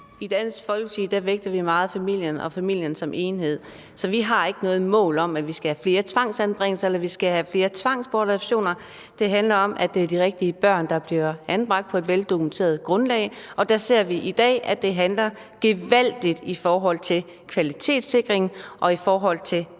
Dansk Folkeparti vægter vi meget familien og familien som enhed. Så vi har ikke noget mål om, at vi skal have flere tvangsanbringelser, eller at vi skal have flere tvangsbortadoptioner, men det handler om, at det er de rigtige børn, der bliver anbragt og på et veldokumenteret grundlag. Der ser vi i dag, at det halter gevaldigt i forhold til kvalitetssikringen og i forhold til retssikkerheden,